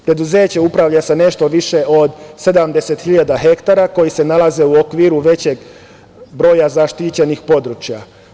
Preduzeće upravlja sa nešto više od 70.000 hektara koji se nalaze u okviru većeg broja zaštićenih područja.